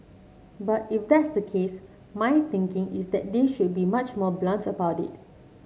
but if that's the case my thinking is that they should be much more blunt about it